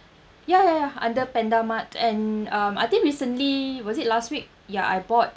ya ya ya under pandamart and um I think recently was it last week ya I bought